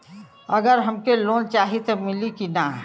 अगर हमके लोन चाही त मिली की ना?